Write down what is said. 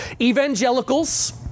Evangelicals